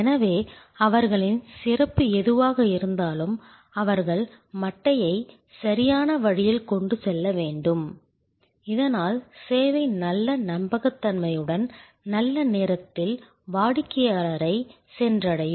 எனவே அவர்களின் சிறப்பு எதுவாக இருந்தாலும் அவர்கள் மட்டையை சரியான வழியில் கொண்டு செல்ல வேண்டும் இதனால் சேவை நல்ல நம்பகத்தன்மையுடன் நல்ல நேரத்தில் வாடிக்கையாளரை சென்றடையும்